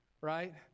right